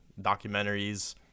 documentaries